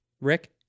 Rick